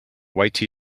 white